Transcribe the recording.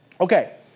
Okay